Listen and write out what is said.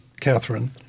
Catherine